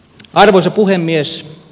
arvoisa puhemies